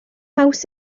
haws